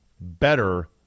better